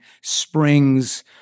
springs